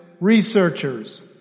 researchers